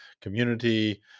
community